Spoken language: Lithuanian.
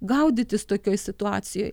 gaudytis tokioj situacijoj